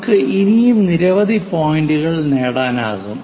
നമുക്ക് ഇനിയും നിരവധി പോയിന്റുകൾ നേടാനാകും